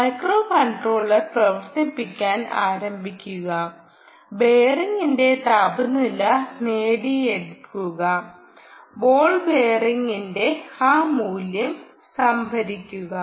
micro controller പ്രവർത്തിപ്പിക്കാൻ ആരംഭിക്കുക ബെയറിംഗിന്റെ താപനില നേടിയെടുക്കുക ബോൾ ബെയറിംഗിന്റെ ആ മൂല്യം സംഭരിക്കുക